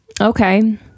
okay